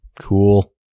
cool